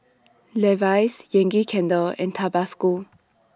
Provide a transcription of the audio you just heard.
Levi's Yankee Candle and Tabasco